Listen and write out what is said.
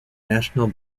national